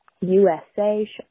USA